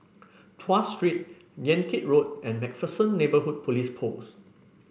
Tuas Street Yan Kit Road and MacPherson Neighbourhood Police Post